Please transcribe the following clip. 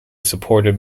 supported